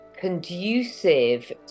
conducive